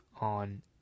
on